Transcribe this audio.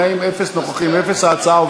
התשע"ד 2013,